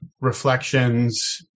reflections